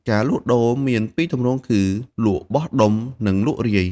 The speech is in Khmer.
ការលក់ដូរមានពីរទម្រង់គឺ លក់បោះដុំ និងលក់រាយ។